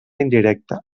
indirecta